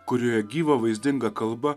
kurioje gyva vaizdinga kalba